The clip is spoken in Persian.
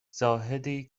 زاهدی